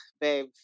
babe